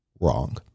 wrong